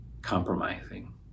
compromising